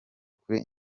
kuri